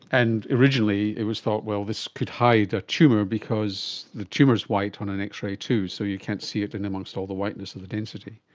and originally it was thought, well, this could hide a tumour because the tumour is white on an x-ray too, so you can't see it in amongst all the whiteness of the density.